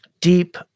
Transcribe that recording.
deep